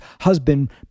husband